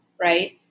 Right